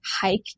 hike